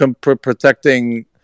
Protecting